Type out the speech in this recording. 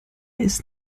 ist